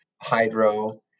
hydro